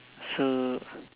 so